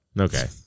Okay